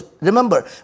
remember